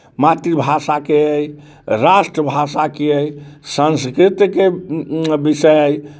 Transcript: मातृभाषाके अइ राष्ट्रभाषाके अइ संस्कृतके विषय अइ